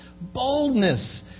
boldness